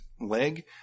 leg